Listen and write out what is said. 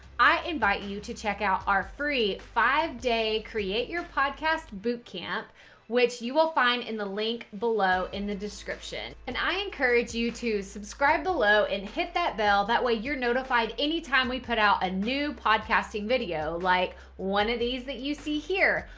i invite you to check out our free five day create your podcast bootcamp which you will find in the link below in the description. and i encourage you to subscribe below and hit that bell that way you're notified anytime we put out a new podcasting video, like one of these that you see here.